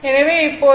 எனவே இப்போது